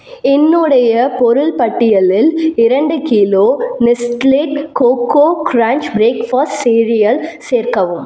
என்னுடைய பொருள் பட்டியலில் இரண்டு kilo Nestle coco crunch breakfast cereal சேர்க்கவும்